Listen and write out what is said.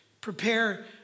prepare